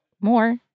more